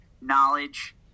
Knowledge